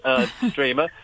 streamer